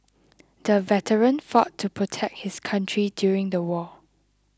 the veteran fought to protect his country during the war